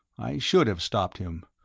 i should have stopped him,